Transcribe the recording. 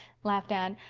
laughed anne,